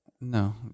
No